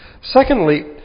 Secondly